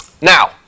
Now